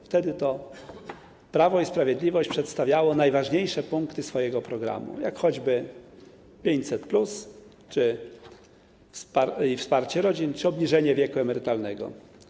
Wtedy to Prawo i Sprawiedliwość przedstawiało najważniejsze punkty swojego programu, jak choćby 500+, wsparcie rodzin, czy obniżenie wieku emerytalnego.